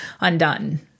undone